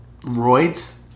Roids